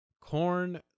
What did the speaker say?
corn